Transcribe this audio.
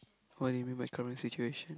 what do you mean my current situation